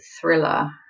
thriller